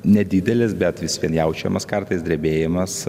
nedidelis bet vis vien jaučiamas kartais drebėjimas